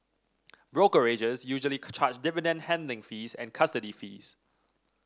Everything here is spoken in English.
brokerages usually charge dividend handling fees and custody fees